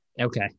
Okay